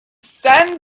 sand